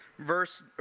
Verse